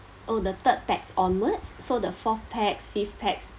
oh the third pax onwards so the fourth pax fifth pax